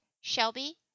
shelby